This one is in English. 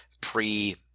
pre